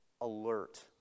Alert